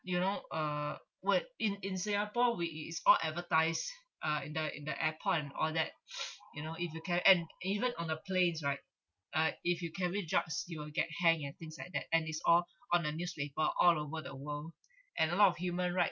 you know uh what in in singapore we it it is all advertise ah in the in the airport and all that you know if you carry and e~ even on the planes right uh if you carry drugs you will get hang and things like that and it's all on the newspaper all over the world and a lot of human rights